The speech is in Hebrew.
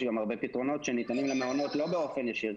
יש הרבה פתרונות שניתנים למעונות לא באופן ישיר,